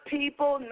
people